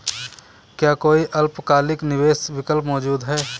क्या कोई अल्पकालिक निवेश विकल्प मौजूद है?